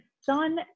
son